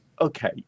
okay